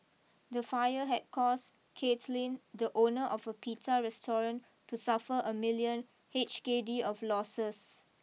the fire had caused Kaitlynn the owner of a Pita restaurant to suffer a million H K D of losses